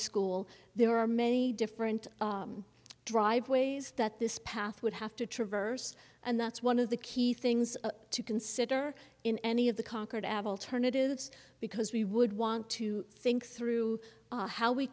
school there are many different driveways that this path would have to traverse and that's one of the key things to consider in any of the concord avel turn it is because we would want to think through how we